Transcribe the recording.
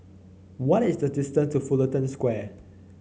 what is the distance to Fullerton Square